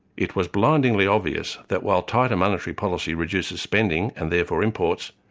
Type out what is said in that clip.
it was blindingly obvious that while tighter monetary policy reduces spending and therefore imports,